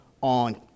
on